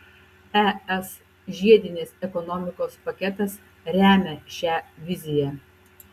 es žiedinės ekonomikos paketas remia šią viziją